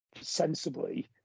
sensibly